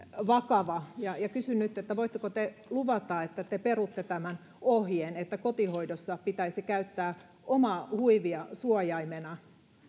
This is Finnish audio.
vakava ja ja kysyn nyt voitteko te luvata että te perutte tämän ohjeen että kotihoidossa pitäisi käyttää omaa huivia suojaimena